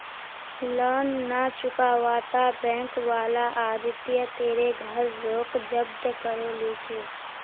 loan ना चुकावाता bank वाला आदित्य तेरे घर रोक जब्त करो ली छे